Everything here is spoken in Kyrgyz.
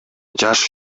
жаш